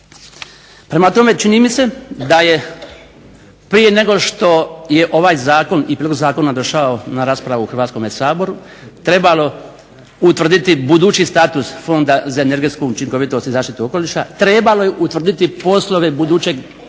Prema tome čini mi se da je prije nego što je ovaj prijedlog zakona došao na raspravu u Hrvatskome saboru trebalo utvrditi budući status Fonda za energetsku učinkovitost i zaštitu okoliša trebalo je utvrditi poslove budućeg Centra